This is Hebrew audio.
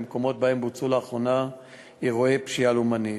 במקומות שבהם בוצעו לאחרונה אירועי פשיעה לאומנית.